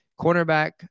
Cornerback